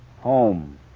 Home